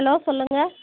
hello சொல்லுங்கள்